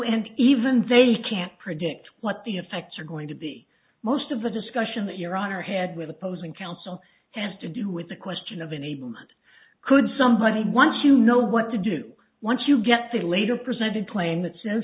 and even they can't predict what the effects are going to be most of the discussion that your honor had with opposing counsel has to do with the question of enablement could somebody once you know what to do once you get to later presented claim that says